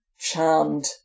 charmed